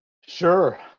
Sure